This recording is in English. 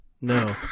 no